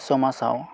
समाजाव